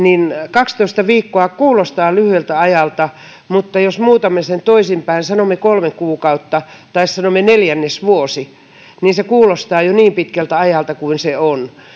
kaksitoista viikkoa kuulostaa lyhyeltä ajalta mutta jos muutamme sen toisin sanomme kolme kuukautta tai sanomme neljännesvuosi niin se kuulostaa jo niin pitkältä ajalta kuin se on